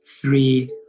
three